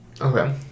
Okay